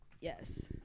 Yes